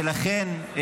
ולכן,